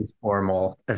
formal